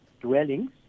dwellings